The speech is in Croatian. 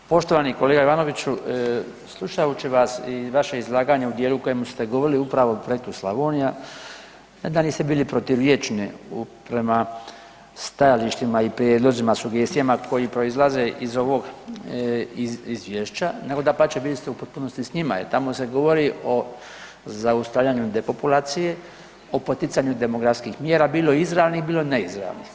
Poštovani kolega Ivanoviću slušajući vas i vaše izlaganje u dijelu u kojemu ste govorili upravo o projektu Slavonija ne da niste bili proturječni prema stajalištima i prijedlozima, sugestijama koji proizlaze iz ovog izvješća nego dapače bili ste u potpunosti s njima jer tamo se govori zaustavljanju depopulacije, o poticanju demografskim mjera bilo izravnih, bilo neizravnih.